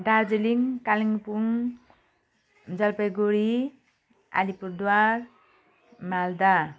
Darjeeling Kalimpong Jalpaiguri Alipurduar Malda